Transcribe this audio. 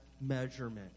measurement